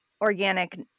organic